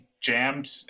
jammed